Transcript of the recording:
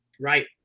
Right